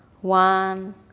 one